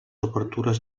obertures